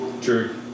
True